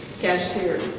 cashier